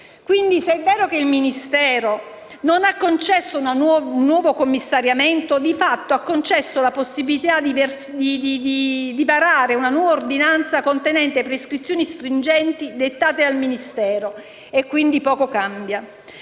Quindi, se è vero che il Ministero non ha concesso un nuovo commissariamento, di fatto ha concesso la possibilità di varare una nuova ordinanza contenente prescrizioni stringenti dettate dal Ministero, quindi cambia